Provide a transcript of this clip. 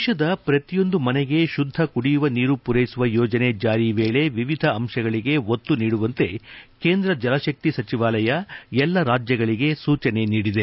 ದೇಶದ ಪ್ರತಿಯೊಂದು ಮನೆಗೆ ಶುದ್ದ ಕುಡಿಯುವ ನೀರು ಪೊರೈಸುವ ಯೋಜನೆ ಜಾರಿ ವೇಳಿ ವಿವಿಧ ಅಂಶಗಳಿಗೆ ಒತ್ತು ನೀಡುವಂತೆ ಕೇಂದ್ರ ಜಲಶಕ್ತಿ ಸಚಿವಾಲಯ ಎಲ್ಲ ರಾಜ್ಯಗಳಿಗೆ ಸೂಚನೆ ನೀಡಿದೆ